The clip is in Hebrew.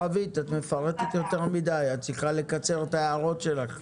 את מפרטת יותר מדי את צריכה לקצר את ההערות שלך.